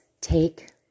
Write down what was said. take